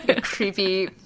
Creepy